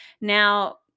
Now